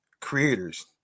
creators